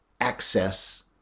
access